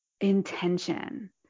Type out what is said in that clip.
intention